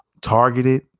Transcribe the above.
targeted